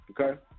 Okay